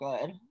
good